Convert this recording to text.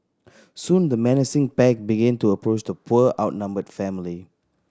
soon the menacing pack begin to approach the poor outnumbered family